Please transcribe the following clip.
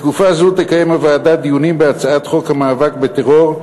בתקופה זו תקיים הוועדה דיונים בהצעת חוק המאבק בטרור,